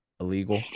illegal